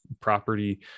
property